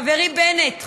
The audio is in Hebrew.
חברי בנט,